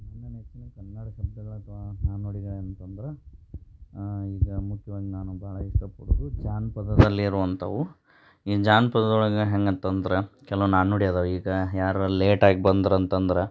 ನನ್ನ ನೆಚ್ಚಿನ ಕನ್ನಡ ಶಬ್ದಗಳು ಅಥವಾ ನಾಣ್ಣುಡಿಗಳ್ ಅಂತಂದ್ರೆ ಈಗ ಮುಖ್ಯವಾಗಿ ನಾನು ಭಾಳ ಇಷ್ಟಪಡುವುದು ಜಾನ್ಪದದಲ್ಲಿ ಇರುವಂಥವು ಈ ಜಾನ್ಪದದೊಳಗೆ ಹೆಂಗೆ ಅಂತಂದ್ರೆ ಕೆಲವು ನಾಣ್ಣುಡಿ ಇದಾವೆ ಈಗ ಯಾರು ಲೇಟಾಗಿ ಬಂದ್ರು ಅಂತಂದ್ರೆ